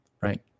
right